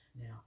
Now